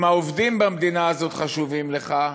אם העובדים במדינה הזאת חשובים לך,